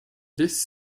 this